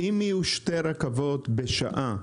אם יהיו שתי רכבות בשעה,